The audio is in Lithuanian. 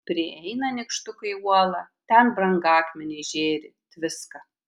prieina nykštukai uolą ten brangakmeniai žėri tviska